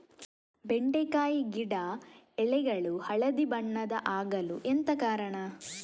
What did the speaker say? ಬೆಂಡೆಕಾಯಿ ಗಿಡ ಎಲೆಗಳು ಹಳದಿ ಬಣ್ಣದ ಆಗಲು ಎಂತ ಕಾರಣ?